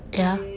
ya